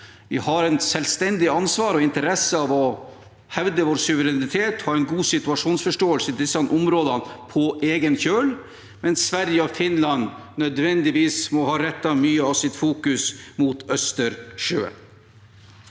havområder, selvstendig ansvar og interesse av å hevde vår suverenitet og ha en god situasjonsforståelse i disse områdene på egen kjøl, mens Sverige og Finland nødvendigvis må ha mye av sitt fokus rettet mot Østersjøen.